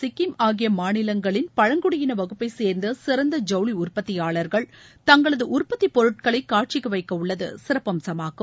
சிக்கிம் ஆகிய மாநிலங்களின் பழங்குடியின வகுப்பை சேர்ந்த சிறந்த ஜவுளி உற்பத்தியாளர்கள் தங்களது உற்பத்தி பொருட்களை காட்சிக்கு வைக்க உள்ளது சிறப்பம்சமாகும்